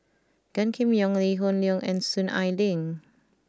Gan Kim Yong Lee Hoon Leong and Soon Ai Ling